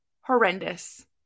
horrendous